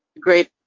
great